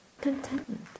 contentment